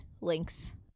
links